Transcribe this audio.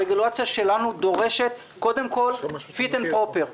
הרגולציה שלנו דורשת קודם כול Fit and Proper,